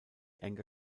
anger